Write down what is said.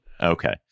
Okay